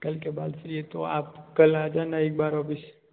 कल के बाद फ्री है तो आप कल आ जाना एक बार ऑफिस